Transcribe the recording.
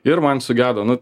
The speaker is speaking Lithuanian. ir man sugedo nu